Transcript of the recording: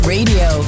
Radio